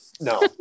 No